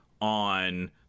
on